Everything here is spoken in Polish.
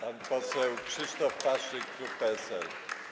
Pan poseł Krzysztof Paszyk, klub PSL.